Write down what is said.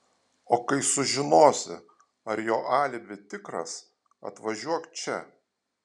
o kai sužinosi ar jo alibi tikras atvažiuok čia